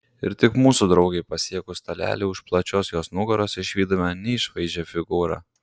ir tik mūsų draugei pasiekus stalelį už plačios jos nugaros išvydome neišvaizdžią figūrą